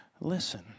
listen